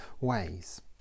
ways